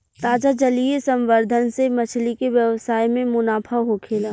ताजा जलीय संवर्धन से मछली के व्यवसाय में मुनाफा होखेला